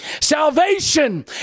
Salvation